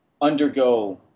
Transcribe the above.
undergo